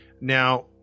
Now